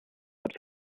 sped